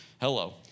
Hello